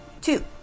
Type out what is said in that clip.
two